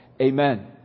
Amen